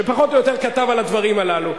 שפחות או יותר כתב על הדברים הללו,